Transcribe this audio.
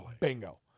Bingo